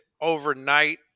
overnight